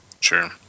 Sure